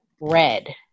red